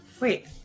Wait